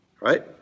Right